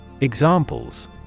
Examples